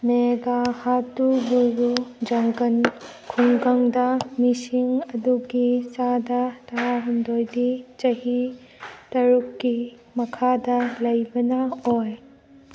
ꯃꯦꯒꯥꯍꯥꯇꯨꯕꯨꯔꯨ ꯖꯪꯒꯜ ꯈꯨꯡꯒꯪꯗ ꯃꯤꯁꯤꯡ ꯑꯗꯨꯒꯤ ꯆꯥꯗ ꯇꯔꯥ ꯍꯨꯝꯗꯣꯏꯗꯤ ꯆꯍꯤ ꯇꯔꯨꯛꯀꯤ ꯃꯈꯥꯗ ꯂꯩꯕꯅ ꯑꯣꯏ